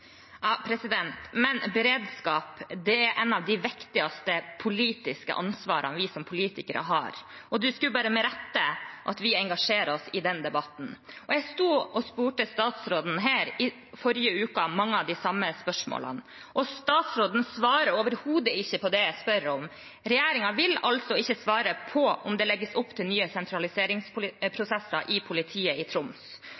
Men beredskap er noe av det viktigste politiske ansvaret vi som politikere har, og det skulle være bare med rette at vi engasjerer oss i den debatten. Jeg sto her i forrige uke og stilte statsråden mange av de samme spørsmålene. Statsråden svarer overhodet ikke på det jeg spør om. Regjeringen vil altså ikke svare på om det legges opp til nye